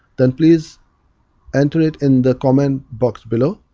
then please enter it in the comment box below.